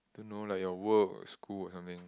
I don't know like your work or your school or something